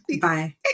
Bye